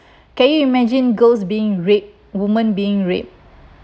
can you imagine girls being raped woman being raped